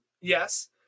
Yes